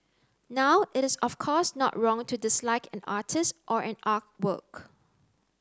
now it is of course not wrong to dislike an artist or an artwork